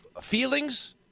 feelings